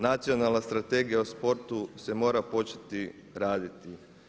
Nacionalna strategija o sportu se mora početi raditi.